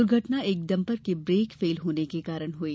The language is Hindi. दुर्घटना एक डंपर के ब्रेक फेल होने के कारण हई